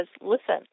listen